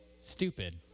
stupid